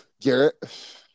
Garrett